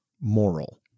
moral